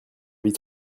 avis